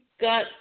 got